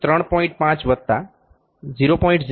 5 વતા 0